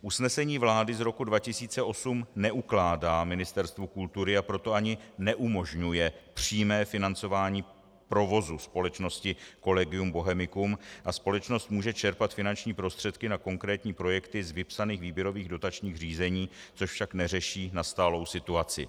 Usnesení vlády z roku 2008 neukládá Ministerstvu kultury, a proto ani neumožňuje přímé financování provozu společnosti Collegium Bohemicum a společnost může čerpat finanční prostředky na konkrétní projekty z vypsaných výběrových dotačních řízení, což však neřeší nastalou situaci.